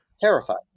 Terrified